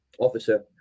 officer